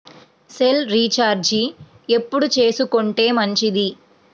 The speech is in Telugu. సెల్ రీఛార్జి ఎప్పుడు చేసుకొంటే మంచిది?